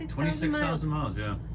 and twenty six thousand miles, yeah.